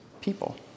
people